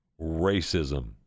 Racism